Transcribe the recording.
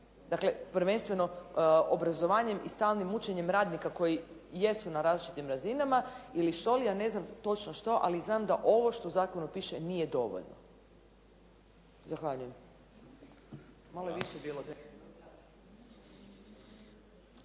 dakle prvenstveno obrazovanjem i stalnim učenjem radnika koji jesu na različitim razinama ili što ja ne znam točno što, ali nam što ovo u zakonu piše nije dovoljno. Zahvaljujem.